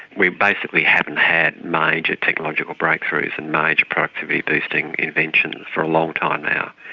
we basically haven't had major technological breakthroughs and major productivity-boosting interventions for a long time now,